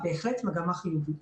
בהחלט מגמה חיובית.